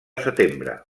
setembre